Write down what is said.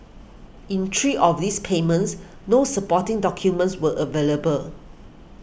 in three of these payments no supporting documents were available